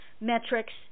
metrics